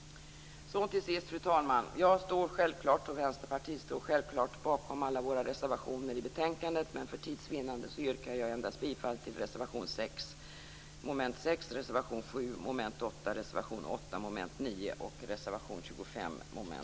Fru talman! Jag står självklart som vänsterpartist bakom alla våra reservationer i betänkandet men yrkar för tids vinnande endast bifall till reservation 6